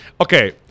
Okay